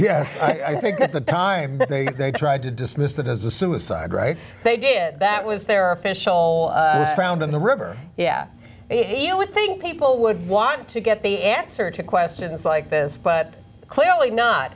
yes i think at the time they tried to dismiss that as a suicide right they did that was their official found in the river yeah you would think people would want to get the answer to questions like this but clearly not